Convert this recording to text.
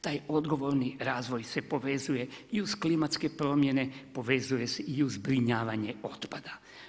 Taj odgovorni razvoj se povezuje i uz klimatske primjene, povezuje se i uz zbrinjavanje otpada.